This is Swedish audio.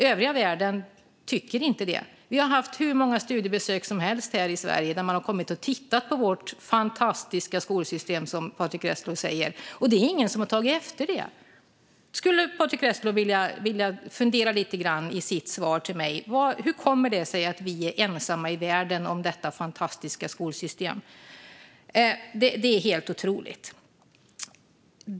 Övriga världen tycker inte det. Vi har haft hur många studiebesök som helst här i Sverige. Man har kommit och tittat på vårt fantastiska skolsystem, som Patrick Reslow säger. Det är ingen som har tagit efter det. Hur kommer det sig att vi är ensamma i världen om detta fantastiska skolsystem? Skulle Patrick Reslow vilja fundera lite grann på svaret till mig? Detta är helt otroligt.